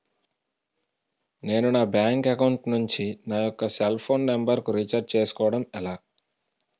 నేను నా bank account నుంచి నా యెక్క సెల్ ఫోన్ నంబర్ కు రీఛార్జ్ చేసుకోవడం ఎలా?